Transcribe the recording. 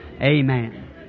Amen